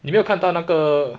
你没有看到那个